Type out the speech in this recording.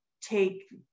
take